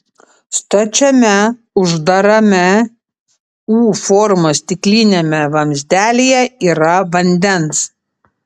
stačiame uždarame u formos stikliniame vamzdelyje yra vandens